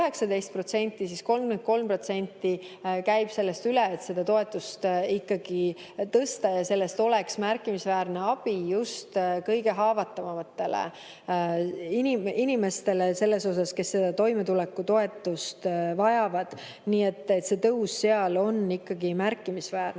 siis 33% käib sellest üle, et seda toetust ikkagi tõsta, ja sellest oleks märkimisväärne abi just kõige haavatavamatele inimestele, kes toimetulekutoetust vajavad. Nii et see tõus seal on ikkagi märkimisväärne.